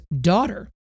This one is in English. daughter